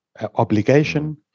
obligation